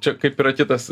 čia kaip ir a kitas